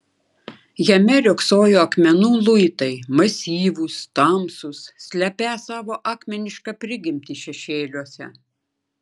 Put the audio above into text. jame riogsojo akmenų luitai masyvūs tamsūs slepią savo akmenišką prigimtį šešėliuose